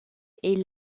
est